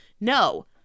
No